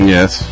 Yes